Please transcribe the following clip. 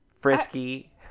frisky